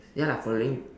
ya lah following